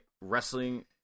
Wrestling